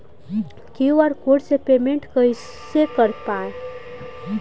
QR code से payment कईसे कर पाएम?